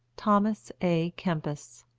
thomas a kempis.